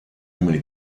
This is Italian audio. uomini